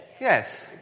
Yes